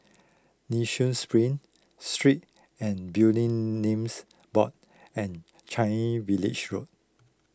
Nee Soon Spring Street and Building Names Board and Changi Village Road